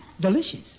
Delicious